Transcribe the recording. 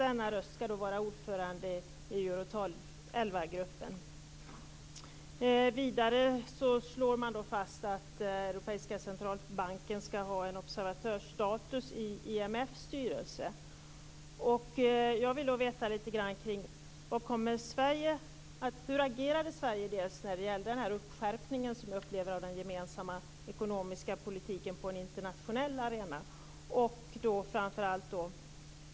Denna röst skall då vara ordförande i Euro 11-gruppen. Vidare slog man fast att den europeiska centralbanken skall ha en observatörsstatus i IMF:s styrelse. Jag vill då veta: Hur agerade Sverige när det gällde uppskärpningen av den gemensamma ekonomiska politiken på den internationella arenan?